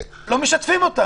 באזורים מסוימים,